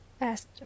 asked